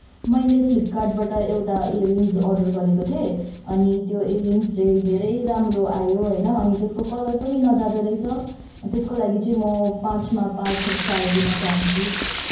मैले फ्लिपकार्टबाट एउटा इयर रिङ्ग्स अर्डर गरेको थिएँ अनि त्यो इयर रिङ्ग्स चाहिँ धेरै राम्रो आयो होइन अनि त्यसको कलर पनि नजाँदो रहेछ त्यसको लागि चाहिँ म पाँचमा पाँच स्टार दिन चाहन्छु